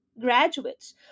graduates